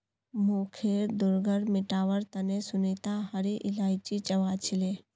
मुँहखैर दुर्गंध मिटवार तने सुनीता हरी इलायची चबा छीले